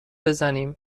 بزنیم